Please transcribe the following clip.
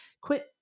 quit